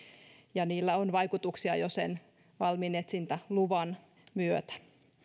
ja niillä on vaikutuksia jo sen malminetsintäluvan myötä